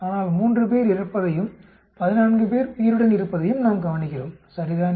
ஆனால் 3 பேர் இறப்பதையும் 14 பேர் உயிருடன் இருப்பதையும் நாம் கவனிக்கிறோம் சரிதானே